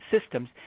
systems